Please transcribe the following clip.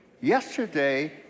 yesterday